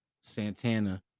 Santana